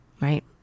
right